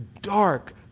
dark